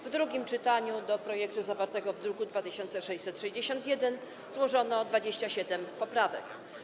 W drugim czytaniu do projektu zawartego w druku nr 2661 złożono 27 poprawek.